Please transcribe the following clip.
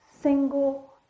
single